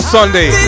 Sunday